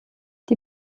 die